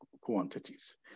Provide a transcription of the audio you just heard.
quantities